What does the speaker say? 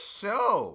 show